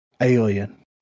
Alien